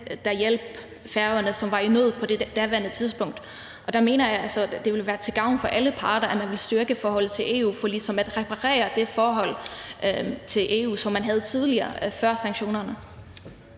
der hjalp Færøerne, som var i nød på daværende tidspunkt. Der mener jeg altså, at det vil være til gavn for alle parter, at man styrker forholdet til EU for ligesom at reparere forholdet til EU, så det kan blive, som det var, før sanktionerne